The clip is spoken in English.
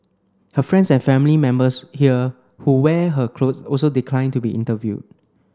her friends and family members here who wear her clothes also declined to be interviewed